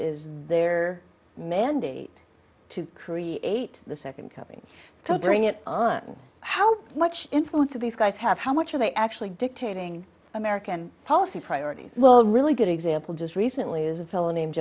is their mandate to create the second coming bring it on how much influence of these guys have how much are they actually dictating american policy priorities well really good example just recently is a fellow named